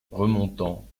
remontant